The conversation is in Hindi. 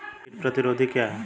कीट प्रतिरोधी क्या है?